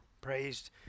praised